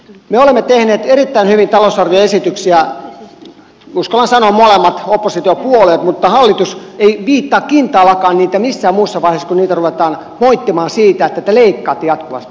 me olemme tehneet erittäin hyvin talousarvioesityksiä uskallan sanoa molemmat oppositiopuolueet mutta hallitus ei viittaa kintaallakaan niihin missään muussa vaiheessa kuin kun niitä ruvetaan moittimaan siitä että te leikkaatte jatkuvasti